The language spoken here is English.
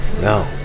No